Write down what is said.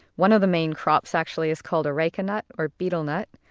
one of the main crops actually is called areca nut or betel nut,